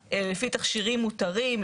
לפי תכשירים מותרים.